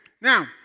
Now